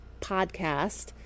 podcast